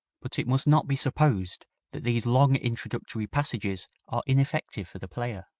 but it must not be supposed that these long introductory passages are ineffective for the player.